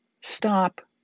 Stop